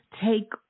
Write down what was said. take